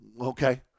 okay